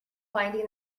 finding